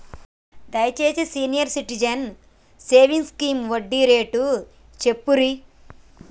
దయచేసి senior citizens savings scheme వడ్డీ rate చెప్పుర్రి